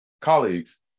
colleagues